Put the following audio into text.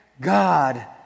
God